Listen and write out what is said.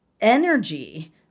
energy